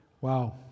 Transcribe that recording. Wow